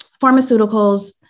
pharmaceuticals